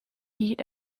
heat